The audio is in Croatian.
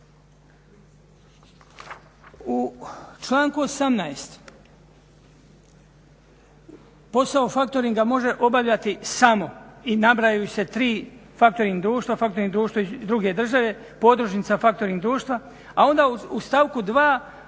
U članku 18. posao factoringa može obavljati samo i nabrajaju se tri, factoring društva, factoring društva iz druge države, podružnica factoring društva a onda u stavku 2. osim toga